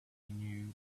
knew